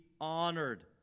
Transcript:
honored